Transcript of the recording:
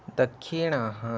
दक्षिणः